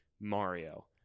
Mario